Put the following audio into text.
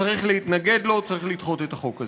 צריך להתנגד לו, צריך לדחות את החוק הזה.